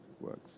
works